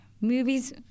movies